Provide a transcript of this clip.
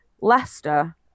Leicester